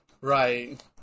Right